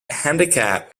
handicap